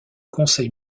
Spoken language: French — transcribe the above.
conseil